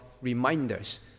reminders